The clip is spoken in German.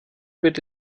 wird